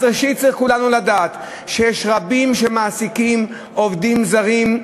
אז ראשית צריכים כולנו לדעת שיש רבים שמעסיקים עובדים זרים,